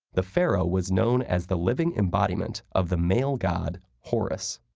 the pharaoh was known as the living embodiment of the male god horus.